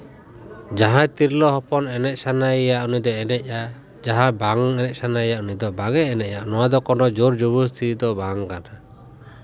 ᱡᱟᱦᱟᱸᱭ ᱛᱤᱨᱞᱟᱹ ᱦᱚᱯᱚᱱ ᱮᱱᱮᱡ ᱥᱟᱱᱟᱭᱮᱭᱟ ᱩᱱᱤ ᱫᱚᱭ ᱮᱱᱮᱡᱟ ᱡᱟᱦᱟᱸᱭ ᱵᱟᱝ ᱮᱱᱮᱡ ᱥᱟᱱᱟᱭᱮᱭᱟ ᱩᱱᱤ ᱫᱚ ᱵᱟᱝ ᱮ ᱮᱱᱮᱡᱼᱟ ᱱᱚᱶᱟ ᱫᱚ ᱠᱳᱱᱳ ᱡᱳᱨ ᱡᱚᱵᱚᱥᱛᱤ ᱫᱚ ᱵᱟᱝ ᱠᱟᱱᱟ